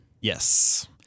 Yes